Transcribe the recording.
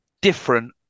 different